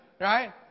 Right